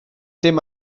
dim